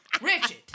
Richard